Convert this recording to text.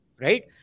right